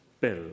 bill